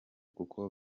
kuko